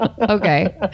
okay